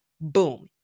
Boom